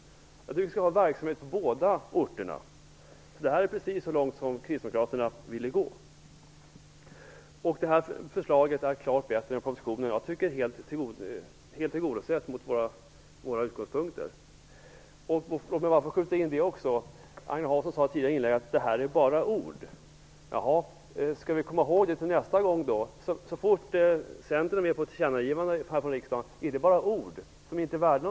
Jag tycker att vi skall ha verksamhet på båda orterna. Detta är precis så långt som kristdemokraterna ville gå. Förslaget är klart bättre än propositionen. Jag tycker att våra utgångspunkter är helt tillgodosedda. Agne Hansson sade i ett tidigare inlägg att det bara är ord. Skall vi komma ihåg det till nästa gång? Gäller det bara ord som inte är värda någonting så fort Centern är med på ett tillkännagivande från riksdagen?